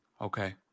Okay